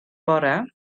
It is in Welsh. bore